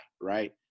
right